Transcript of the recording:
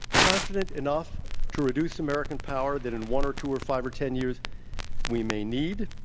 confident enough to reduce american power, that in one, or two, or five, or ten years we may need?